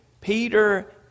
Peter